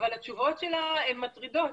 אבל התשובות שלה הן מטרידות,